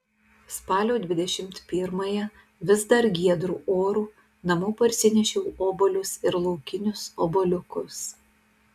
spalio dvidešimt pirmąją vis dar giedru oru namo parsinešiau obuolius ir laukinius obuoliukus